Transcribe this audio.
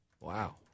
Wow